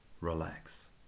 relax